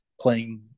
playing